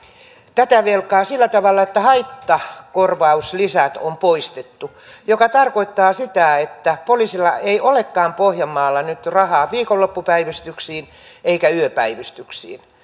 tätä velkaa sillä tavalla että haittakorvauslisät on poistettu mikä tarkoittaa sitä että poliisilla ei nyt olekaan pohjanmaalla rahaa viikonloppupäivystyksiin eikä yöpäivystyksiin